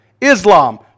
Islam